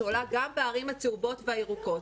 שעולה גם בערים הצהובות והירוקות